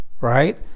right